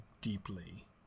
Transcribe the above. deeply